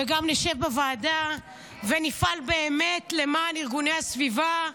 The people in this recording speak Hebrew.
וגם נשב בוועדה ונפעל באמת למען ארגוני הסביבה,